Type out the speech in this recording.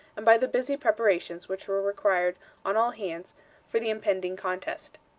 and by the busy preparations which were required on all hands for the impending contest.